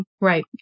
Right